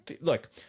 look